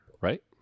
right